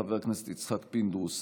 חבר הכנסת יצחק פינדרוס,